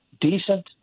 decent